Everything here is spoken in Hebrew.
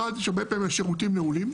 אחת היא שהרבה פעמים השירותים נעולים